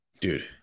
dude